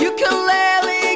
Ukulele